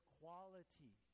quality